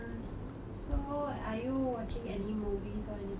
so are you watching any movies or anything now